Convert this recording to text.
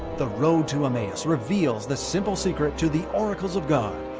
the road to emmaus reveals the simple secret to the oracles of god,